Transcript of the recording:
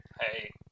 Hey